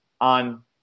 on